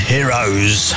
Heroes